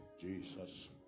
Jesus